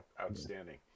Outstanding